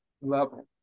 level